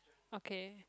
okay